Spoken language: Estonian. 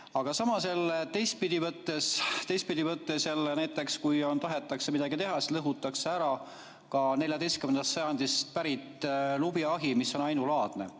Aga samas jälle, teistpidi võttes, kui näiteks tahetakse midagi teha, siis lõhutakse ära ka 14. sajandist pärit lubjaahi, mis on ainulaadne.